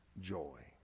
joy